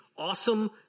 Awesome